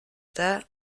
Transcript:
that